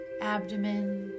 abdomen